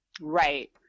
Right